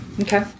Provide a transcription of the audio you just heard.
Okay